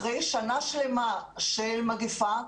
אחרי שנה שלמה של מגפה,